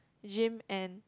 gym and